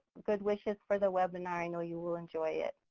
good wishes for the webinar, i know you will enjoy it.